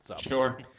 Sure